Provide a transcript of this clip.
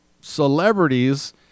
celebrities